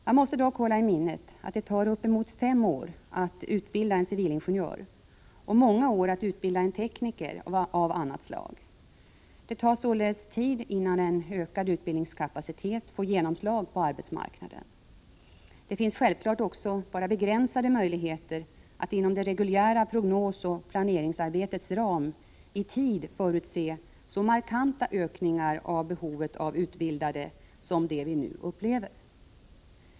Man måste dock hålla i minnet att det tar uppemot fem år att utbilda en civilingenjör och många år att utbilda en tekniker av annat slag. Det tar således tid innan en ökad utbildningskapacitet får genomslag på arbetsmarknaden. Det finns självfallet också bara begränsade möjligheter att inom det reguljära prognosoch planeringsarbetets ram i tid förutse så markanta ökningar av behovet av utbildade som det vi nu upplever.